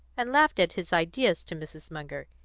and laughed at his ideas to mrs. munger.